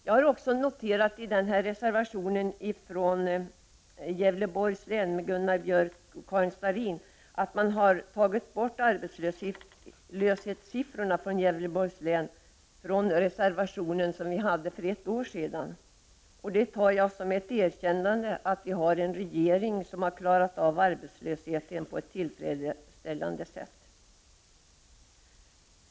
Vad gäller reservationen från företrädarna för Gävleborgs län, Gunnar Björk och Karin Starrin, noterar jag att de har tagit bort arbetslöshetssiffrorna för Gävleborgs län från reservationen, medan dessa siffror fanns med i reservationen till förra årets betänkande. Detta tar jag som ett erkännande för att vi har en regering som har klarat av arbetslösheten på ett tillfredsställande sätt.